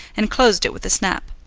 and closed it with a snap.